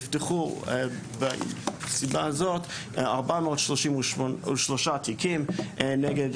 נפתחו מסיבה זאת 433 תיקים נגד